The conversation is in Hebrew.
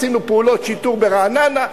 עשינו פעולות שיטור ברעננה,